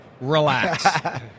relax